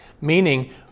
Meaning